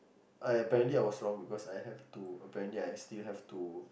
I apparently I was wrong because I have to apparently I still have to